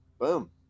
boom